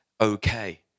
okay